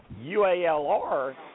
UALR